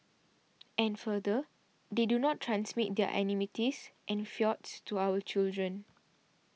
and further they do not transmit their enmities and feuds to our children